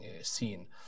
seen